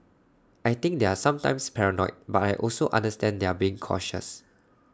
I think they're sometimes paranoid but I also understand they're being cautious